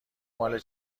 مال